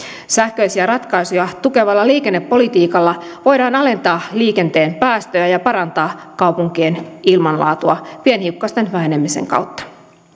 sähköisiä ratkaisuja tukevalla liikennepolitiikalla voidaan alentaa liikenteen päästöjä ja parantaa kaupunkien ilmanlaatua pienhiukkasten vähenemisen kautta